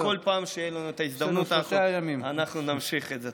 בכל פעם שתהיה לנו ההזדמנות, אנחנו נמשיך את זה.